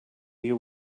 you